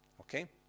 okay